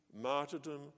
martyrdom